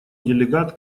делегат